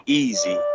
easy